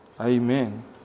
Amen